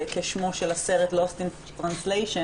כשמו של הסרט Lost in translation,